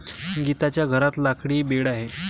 गीताच्या घरात लाकडी बेड आहे